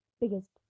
biggest